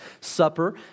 Supper